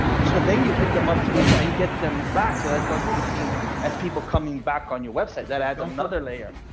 so then you hit them up through them and get them back. so that's going to be seen as people coming back on your website that adds another layer.